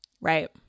Right